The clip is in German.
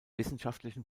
wissenschaftlichen